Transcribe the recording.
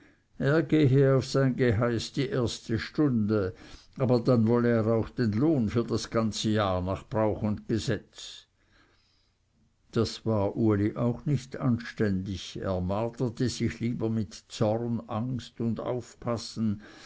gehe auf sein geheiß die erste stunde aber dann wolle er auch den lohn für das ganze jahr nach brauch und gesetz das war uli auch nicht anständig er marterte sich lieber mit zorn angst und aufpassen